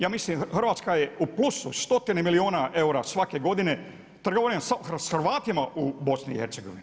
Ja mislim Hrvatska je u plusu, stotinu milijuna eura svake godine, trgovina s Hrvatima u BIH.